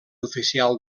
oficial